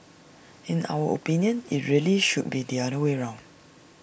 in our opinion IT really should be the other way round